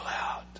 out